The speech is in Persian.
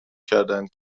کردند